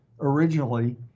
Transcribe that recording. originally